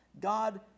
God